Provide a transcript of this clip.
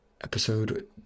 episode